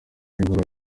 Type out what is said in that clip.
w’ihuriro